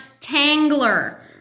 tangler